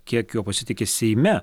kiek juo pasitiki seime